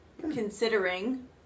considering